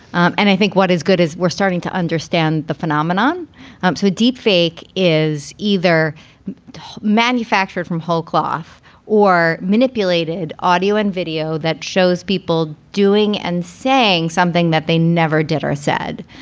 um and i think what is good is we're starting to understand the phenomenon um so deep fake is either manufactured from whole cloth or manipulated audio and video that shows people doing and saying something that they never did or said.